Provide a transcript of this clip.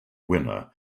winner